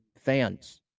fans